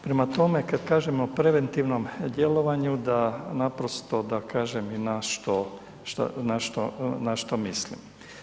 Prema tome, kad kažemo preventivnom djelovanju da naprosto da kažem i na što, na što mislim.